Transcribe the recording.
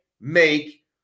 make